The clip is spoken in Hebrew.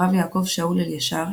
הרב יעקב שאול אלישר,